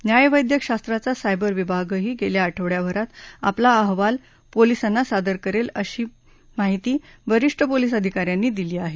न्यायवेद्यक शास्त्राचा सायबर विभागही येत्या आठवड्याभरात आपला अहवाल पोलिसांना सादर करेल अशी माहिती वरिष्ठ पोलिस अधिकाऱ्यांनी दिली आहे